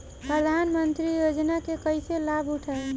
प्रधानमंत्री योजना के कईसे लाभ उठाईम?